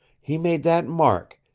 he made that mark,